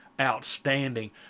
outstanding